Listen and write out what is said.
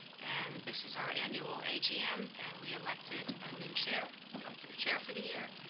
and this is our annual agm, and we elected a new chair. we elected a chair for the year.